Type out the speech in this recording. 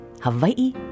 Hawaii